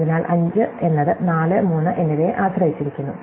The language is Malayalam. അതിനാൽ 5 എന്നത് 4 3 എന്നിവയെ ആശ്രയിച്ചിരിക്കുന്നു